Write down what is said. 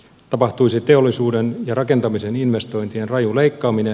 tapahtuisi teollisuuden ja rakentamisen investointien raju leikkaaminen